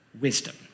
wisdom